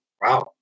wow